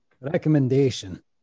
recommendation